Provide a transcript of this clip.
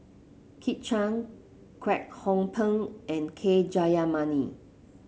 Kit Chan Kwek Hong Png and K Jayamani